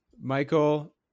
Michael